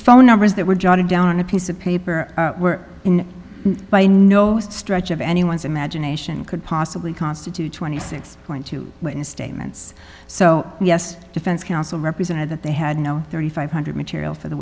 phone numbers that were jotted down on a piece of paper were in by no stretch of anyone's imagination could possibly constitute twenty six point two witness statements so yes defense counsel represented that they had no three thousand five hundred material for the